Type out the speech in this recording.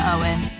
Owen